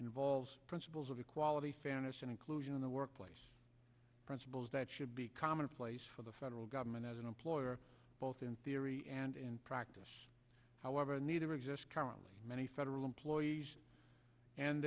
involves principles of equality fanous inclusion in the workplace principles that should be common place for the federal government as an employer both in theory and in practice however neither exist currently many federal employees and